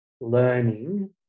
learning